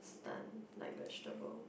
stun like vegetable